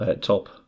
top